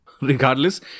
Regardless